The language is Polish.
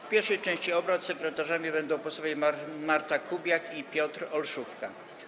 W pierwszej części obrad sekretarzami będą posłowie Marta Kubiak i Piotr Olszówka.